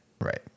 Right